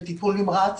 בטיפול נמרץ.